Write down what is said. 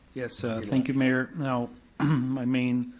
yes, thank you, mayor. now my main